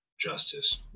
Justice